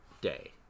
day